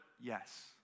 Yes